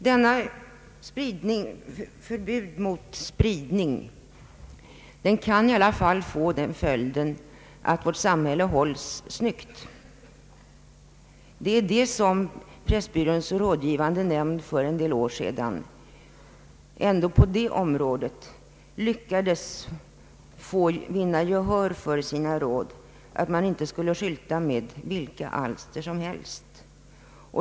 Detta förbud mot spridning kan i alla fall få följden att vårt samhälle hålls snyggt. Det är det som Pressbyråns rådgivande nämnd för en del år sedan lyckades vinna gehör för, nämligen att man inte skulle skylta med vilka alster som helst.